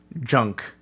junk